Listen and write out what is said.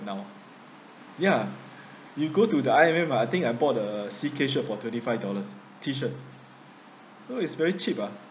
now ya you go to the I_M_M ah I think I bought a C_K shirt for thirty five dollars t shirt so it's very cheap ah